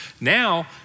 Now